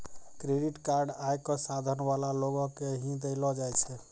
credit card आय क साधन वाला लोगो के ही दयलो जाय छै